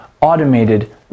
automated